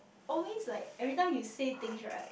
always like everytime you say things right